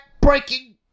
breaking